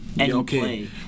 Okay